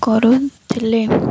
କରୁଥିଲେ